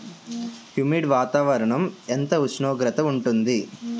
Humid వాతావరణం ఎంత ఉష్ణోగ్రత ఉంటుంది?